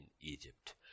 Egypt